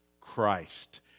Christ